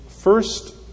first